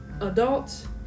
Adults